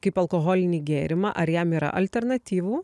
kaip alkoholinį gėrimą ar jam yra alternatyvų